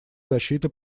защиты